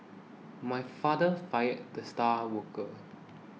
my father fired the star worker